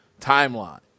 timeline